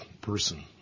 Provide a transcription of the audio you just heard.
person